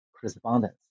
correspondence